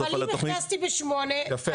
אבל אם הכנסתי ב-08:00,